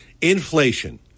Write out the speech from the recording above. Inflation